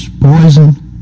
poison